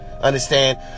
understand